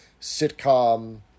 sitcom